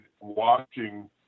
watching